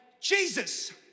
Jesus